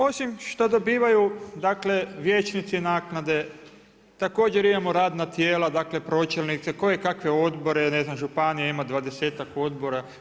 Osim što dobivaju vijećnici naknade, također imamo radna tijela, dakle pročelnike, kojekakve odbore, ne znam, županija ima dvadesetak odbora.